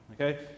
okay